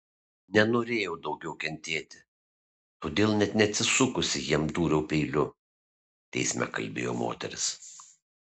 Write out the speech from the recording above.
nenorėjau daugiau kentėti todėl net neatsisukusi jam dūriau peiliu teisme kalbėjo moteris